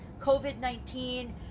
COVID-19